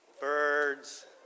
birds